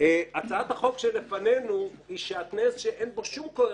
הצעת החוק שלפנינו היא שעטנז שאין בו שום קוהרנטיות,